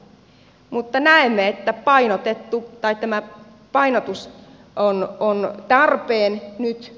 mutta näemme että painotus on tarpeen nyt tässä ajassa